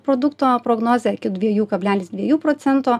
produkto prognozę iki dviejų kablelis dviejų procento